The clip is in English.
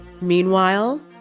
Meanwhile